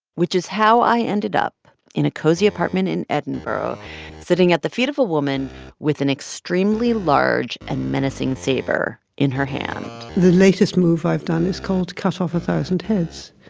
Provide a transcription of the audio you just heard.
which is how i ended up in a cozy apartment in edinburgh sitting at the feet of a woman with an extremely large and menacing saber in her hand the latest move i've done is called cut off a thousand heads.